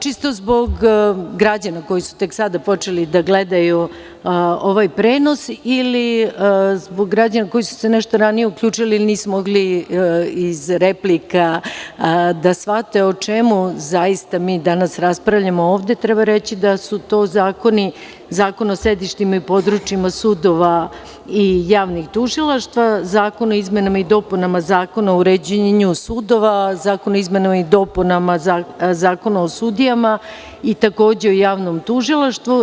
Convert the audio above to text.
Čisto zbog građana koji su tek sada počeli da gledaju ovaj prenos ili zbog građana koji su se nešto ranije uključili i nisu mogli iz replika da shvate o čemu zaista mi danas raspravljamo ovde, treba reći da su to zakoni: Zakon o sedištima i područjima sudova i javnih tužilaštva, Zakon o izmenama i dopunama Zakona o uređenju sudova, Zakon o izmenama i dopunama Zakona o sudijama i, takođe, o javnom tužilaštvu.